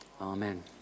Amen